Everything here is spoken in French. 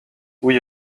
oui